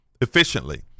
efficiently